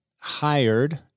hired